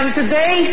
today